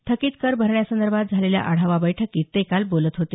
थकित कर भरण्यासंदर्भात झालेल्या आढावा बैठकीत ते काल बोलत होते